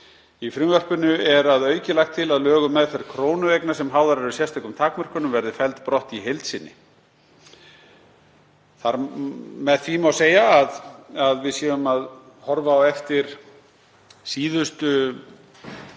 Í frumvarpinu er að auki lagt til að lög um meðferð krónueigna sem háðar eru sérstökum takmörkunum verði felld brott í heild sinni. Með því má segja að við séum að horfa á eftir síðustu